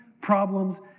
problems